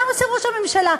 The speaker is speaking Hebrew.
מה עושה ראש הממשלה?